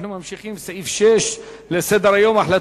אנחנו ממשיכים,